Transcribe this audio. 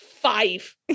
Five